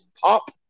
pop